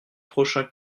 prochain